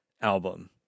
album